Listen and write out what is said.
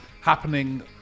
happening